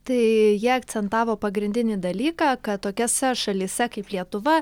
tai jie akcentavo pagrindinį dalyką kad tokiose šalyse kaip lietuva